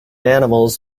animals